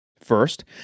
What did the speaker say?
First